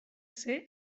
ser